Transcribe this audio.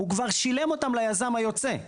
הוא כבר ישלם אותן ליזם היוצא.